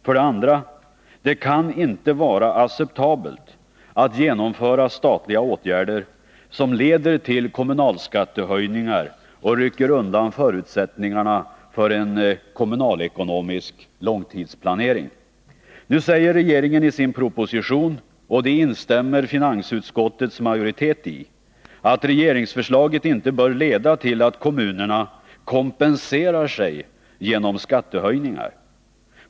För det andra: Det kan inte vara acceptabelt att genomföra statliga åtgärder, som leder till kommunalskattehöjningar och rycker undan förutsättningarna för en kommunalekonomisk långtidsplanering. Nu säger regeringen i sin proposition — och det instämmer finansutskottets majoritet i — att regeringsförslaget inte bör leda till att kommunerna kompenserar sig genom skattehöjningar.